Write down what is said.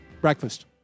breakfast